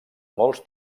molts